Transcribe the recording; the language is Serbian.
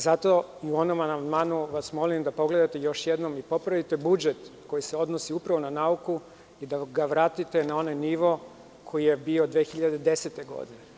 Zato u onom amandmanu vas molim da pogledate još jednom i popravite budžet koji se odnosi upravo na nauku, i da ga vratite na onaj nivo koji je bio 2010. godine.